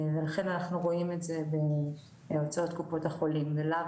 לכן אנחנו רואים את זה בהוצאות קופות החולים ולאו